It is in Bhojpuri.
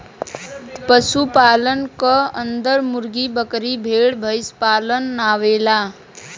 पशु पालन क अन्दर मुर्गी, बकरी, भेड़, भईसपालन आवेला